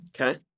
Okay